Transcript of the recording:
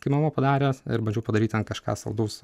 kai mama padarė ir bandžiau padaryt ten kažką saldaus